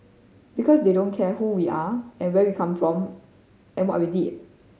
because they don't care who we are and where we are come from and what we did